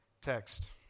text